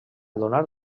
donar